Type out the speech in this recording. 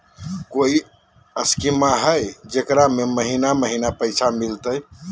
कोइ स्कीमा हय, जेकरा में महीने महीने पैसा मिलते?